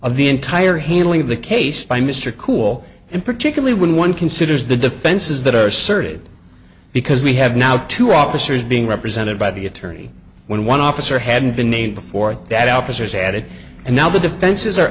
of the entire handling of the case by mr cool and particularly when one considers the defenses that are certain because we have now two officers being represented by the attorney when one officer hadn't been named before that officers added and now the defenses